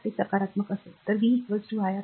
तर ते सकारात्मक असेल तर v iR